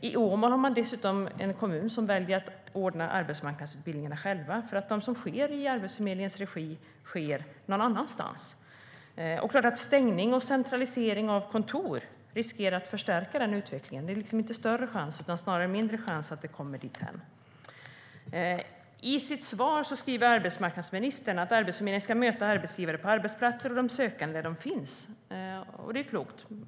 I Åmål har kommunen dessutom valt att ordna arbetsmarknadsutbildningarna själva, för de som sker i Arbetsförmedlingens regi äger rum någon annanstans. Stängning och centralisering av kontor riskerar att förstärka den utvecklingen. I sitt svar skriver arbetsmarknadsministern att "Arbetsförmedlingen ska möta arbetsgivare på arbetsplatser och de sökande där de finns." Det är klokt.